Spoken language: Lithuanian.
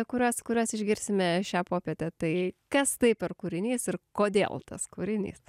kuriuos kuriuos išgirsime šią popietę tai kas tai per kūrinys ir kodėl tas kūrinys